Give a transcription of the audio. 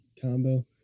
combo